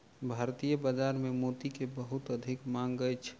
भारतीय बाजार में मोती के बहुत अधिक मांग अछि